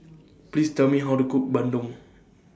Please Tell Me How to Cook Bandung